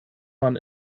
man